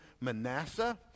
Manasseh